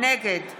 נגד